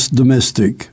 domestic